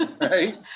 right